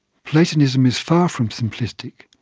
platonism is far from simplistic.